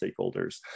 stakeholders